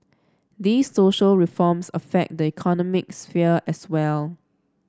these social reforms affect the economic sphere as well